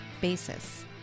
basis